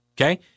okay